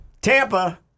Tampa